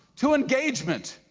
to engagement.